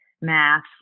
math